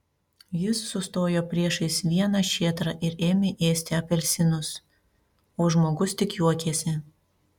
jis sustojo priešais vieną šėtrą ir ėmė ėsti apelsinus o žmogus tik juokėsi